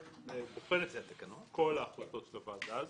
שבוחן את כל ההחלטות האחרות של הוועדה הזו.